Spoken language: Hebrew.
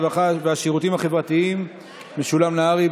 הרווחה והשירותים החברתיים משולם נהרי.